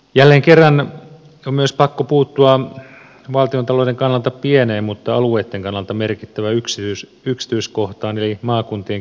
jälleen kerran on myös pakko puuttua valtiontalouden kannalta pieneen mutta alueitten kannalta merkittävään yksityiskohtaan eli maakuntien kehittämisrahaan